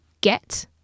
get